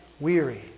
weary